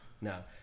No